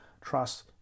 trust